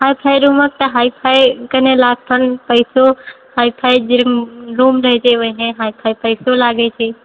आओर फेर हमर सभकऽ हाई फाई कनि लागतनि पैसो हाई फाई जे रूम रहैछे ओहिने हाई फाई पैसो लागय छै